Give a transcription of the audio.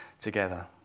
together